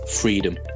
freedom